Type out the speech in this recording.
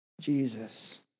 Jesus